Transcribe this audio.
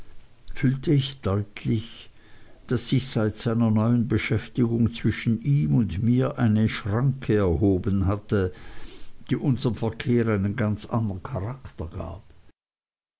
fühlte ich deutlich daß sich seit seiner neuen beschäftigung zwischen ihm und mir eine schranke erhoben hatte die unserm verkehr einen ganz andern charakter gab